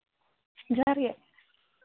ᱡᱚᱦᱟᱨ ᱜᱮ